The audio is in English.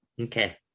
Okay